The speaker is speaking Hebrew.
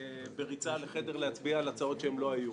בריצה לחדר להצביע על הצעות כשהם לא היו.